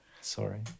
Sorry